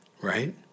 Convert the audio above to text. Right